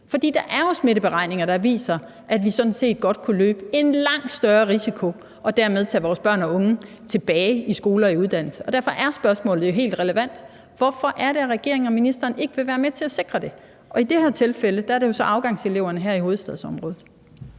er jo smitteberegninger, der viser, at vi sådan set godt kunne løbe en langt større risiko og dermed tage vores børne og unge tilbage i skoler og på uddannelser. Derfor er spørgsmålet jo helt relevant: Hvorfor er det, at regeringen og ministeren ikke vil være med til at sikre det? I det her tilfælde gælder det jo så afgangseleverne her i hovedstadsområdet.